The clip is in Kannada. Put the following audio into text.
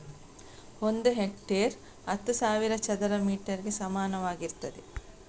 ಒಂದು ಹೆಕ್ಟೇರ್ ಹತ್ತು ಸಾವಿರ ಚದರ ಮೀಟರ್ ಗೆ ಸಮಾನವಾಗಿರ್ತದೆ